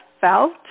felt